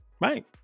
Right